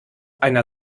einer